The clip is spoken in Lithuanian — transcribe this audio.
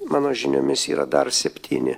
mano žiniomis yra dar septyni